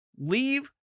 leave